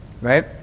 Right